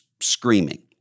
screaming